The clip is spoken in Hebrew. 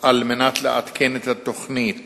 על מנת לעדכן את התוכנית